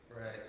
Right